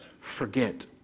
forget